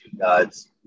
God's